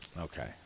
Okay